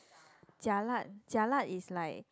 jialat jialat is like